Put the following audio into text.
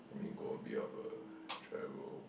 or maybe go a bit of a travel